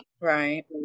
right